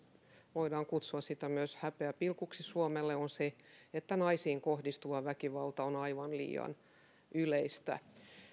voidaan kutsua sitä myös häpeäpilkuksi suomelle on se että naisiin kohdistuva väkivalta on aivan liian yleistä